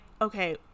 okay